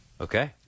Okay